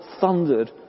thundered